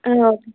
ஆ okay